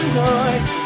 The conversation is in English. noise